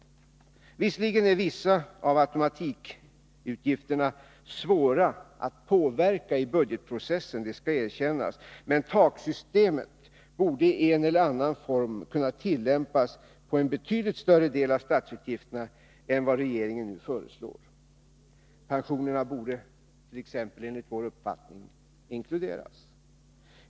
Visserligen är vissa av automatikutgifterna svåra att påverka i budgetprocessen — det skall erkännas — men ”taksystemet” borde i en eller annan form kunna tillämpas på en betydligt större del av statsutgifterna än regeringen nu föreslår. Pensionärerna borde t.ex., enligt vår uppfattning, inkluderas.